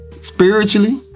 spiritually